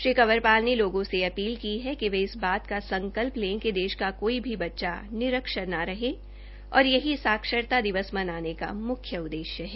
श्री कंवर पाल ने लोगों से अपील की है कि वे इस बात का संकल्प लें कि देश का कोई भी बच्चा निरक्षर न रहे और यही साक्षरता दिवस मनाने का म्ख्य उद्देश्य है